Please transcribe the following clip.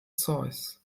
zeus